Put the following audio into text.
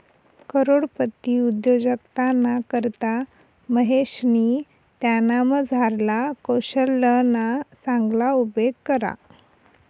करोडपती उद्योजकताना करता महेशनी त्यानामझारला कोशल्यना चांगला उपेग करा